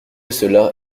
cela